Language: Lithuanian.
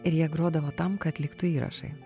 ir jie grodavo tam kad liktų įrašai